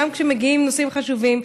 גם כשמגיעים נושאים חשובים,